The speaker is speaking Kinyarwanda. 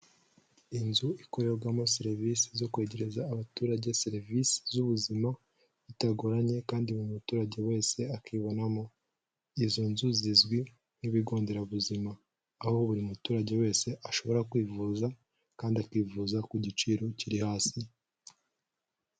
Inzu ikorerwamo serivisi zo kwegereza abaturage serivisi z'ubuzima bitagoranye kandi buri muturage wese akibonamo. Izo nzu zizwi nk'ibigonderabuzima aho buri muturage wese ashobora kwivuza kandi akivuza ku giciro kiri hasi.